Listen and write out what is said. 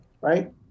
right